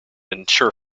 ensure